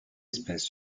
espèce